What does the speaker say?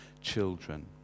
children